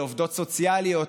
לעובדות סוציאליות,